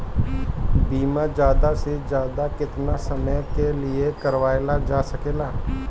बीमा ज्यादा से ज्यादा केतना समय के लिए करवायल जा सकेला?